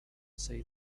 say